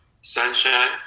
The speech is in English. sunshine